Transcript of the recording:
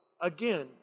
Again